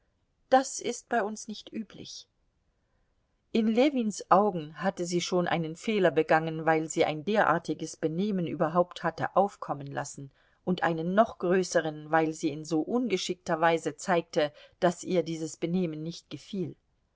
das ist bei uns nicht üblich in ljewins augen hatte sie schon einen fehler begangen weil sie ein derartiges benehmen überhaupt hatte aufkommen lassen und einen noch größeren weil sie in so ungeschickter weise zeigte daß ihr dieses benehmen nicht gefiel